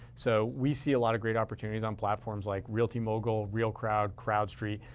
so we see a lot of great opportunities on platforms like realtymogul, realcrowd, crowdstreet.